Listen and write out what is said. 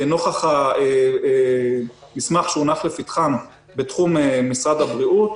נוכח המסמך שהונח לפתחם מאת משרד הבריאות,